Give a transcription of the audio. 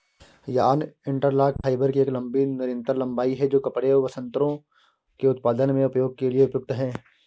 yarn interlock fibre की एक लंबी निरंतर लंबाई है, जो कपड़े और वस्त्रों के उत्पादन में उपयोग के लिए उपयुक्त है